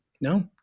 No